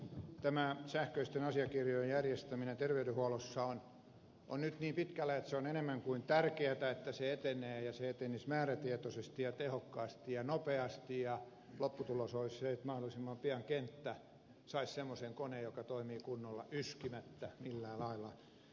tämä sähköisten asiakirjojen järjestäminen terveydenhuollossa on nyt niin pitkällä että on enemmän kuin tärkeätä että se etenee ja se etenisi määrätietoisesti ja tehokkaasti ja nopeasti ja lopputulos olisi se että mahdollisimman pian kenttä saisi semmoisen koneen joka toimii kunnolla yskimättä millään lailla